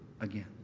again